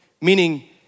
meaning